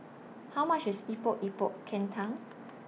How much IS Epok Epok Kentang